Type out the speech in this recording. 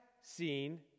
seen